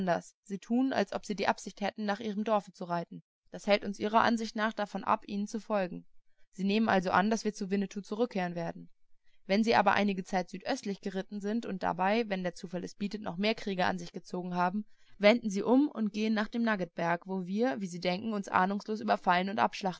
sie tun als ob sie die absicht hätten nach ihrem dorfe zu reiten das hält uns ihrer ansicht nach davon ab ihnen zu folgen sie nehmen also an daß wir zu winnetou zurückkehren werden wenn sie aber einige zeit südöstlich geritten sind und dabei wenn der zufall es bietet noch mehr krieger an sich gezogen haben wenden sie um und gehen nach dem nuggetberge wo wir wie sie denken uns ahnungslos überfallen und